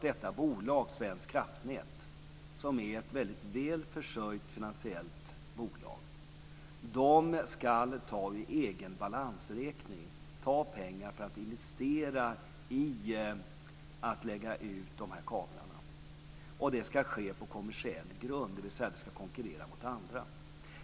Detta bolag, Svenska Kraftnät, som är ett väldigt väl försörjt finansiellt bolag, ska ta pengar ur egen balansräkning för att investera och lägga ut de här kablarna. Det ska ske på kommersiell grund, dvs. det ska konkurrera med andra.